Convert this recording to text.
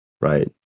right